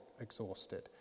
exhausted